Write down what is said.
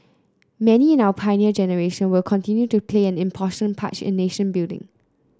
many in our Pioneer Generation will continue to play an part in nation building